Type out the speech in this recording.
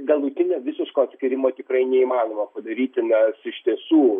galutinio visiško atskyrimo tikrai neįmanoma padaryti nes iš tiesų